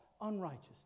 unrighteousness